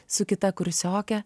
su kita kursiokę